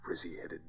frizzy-headed